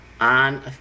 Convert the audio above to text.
on